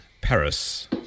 paris